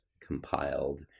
compiled